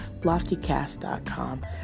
loftycast.com